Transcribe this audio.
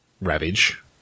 ravage